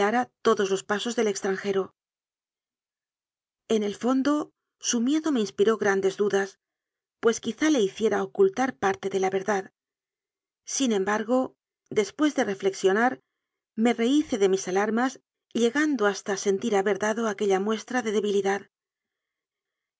todos los pasos del extranjero en el fondo su miedo me inspiró grandes dudas pues quizá le hiciera ocultar parte de la ver dad sin embargo después de reflexionar me re hice de mis alarmas llegando hasta sentir haber dado aquella muestra de debilidad